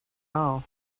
all